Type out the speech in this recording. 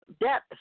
debt